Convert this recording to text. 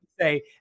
say